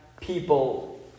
people